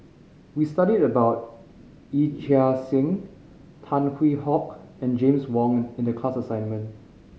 we studied about Yee Chia Hsing Tan Hwee Hock and James Wong in the class assignment